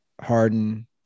harden